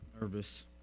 nervous